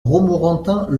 romorantin